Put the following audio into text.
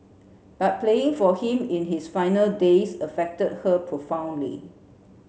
but playing for him in his final days affected her profoundly